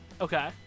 Okay